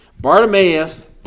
Bartimaeus